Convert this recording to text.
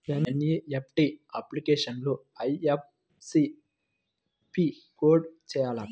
NEFT అప్లికేషన్లో IFSC code వేయాలా?